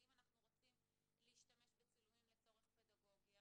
לאם אנחנו רוצים להשתמש בצילומים לצורכי פדגוגיה